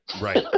Right